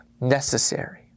necessary